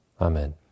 Amen